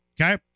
Okay